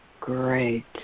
great